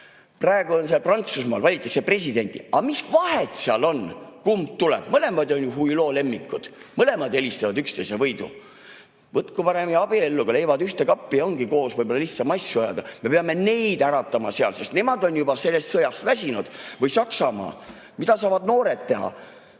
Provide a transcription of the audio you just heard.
Praegu Prantsusmaal valitakse presidenti. Aga mis vahet seal on, kumb tuleb? Mõlemad on ju Huilo lemmikud, mõlemad helistavad üksteise võidu. Võtku parem ja abiellugu, leivad ühte kappi, ja ongi koos võib-olla lihtsam asju ajada. Me peame neid äratama seal, sest nemad on juba sellest sõjast väsinud. Või Saksamaa. Mida saavad noored teha?